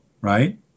right